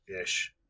ish